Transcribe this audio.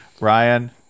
ryan